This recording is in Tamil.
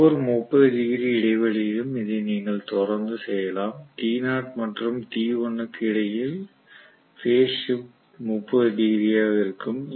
ஒவ்வொரு 30 டிகிரி இடைவெளியிலும் இதை நீங்கள் தொடர்ந்து செய்யலாம் t0 மற்றும் t1 க்கு இடையில் பேஸ் ஷிப்ட் 30 டிகிரி ஆக இருக்கும்